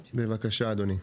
בבקשה, אדוני.